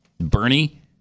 Bernie